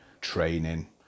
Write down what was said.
training